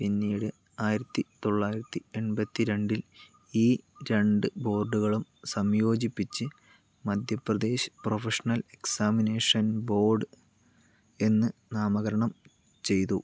പിന്നീട് ആയിരത്തി തൊള്ളായിരത്തി എൺപത്തി രണ്ടിൽ ഈ രണ്ട് ബോർഡുകളും സംയോജിപ്പിച്ച് മധ്യപ്രദേശ് പ്രൊഫഷണൽ എക്സാമിനേഷൻ ബോർഡ് എന്ന് നാമകരണം ചെയ്തു